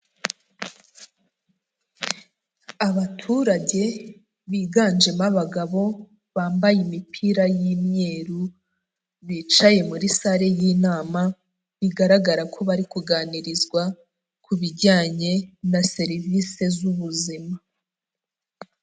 Abaturage biganjemo abagabo bambaye imipira y'imyeru, bicaye muri sale y'inama, bigaragara ko bari kuganirizwa ku bijyanye na serivisi z'ubuzima.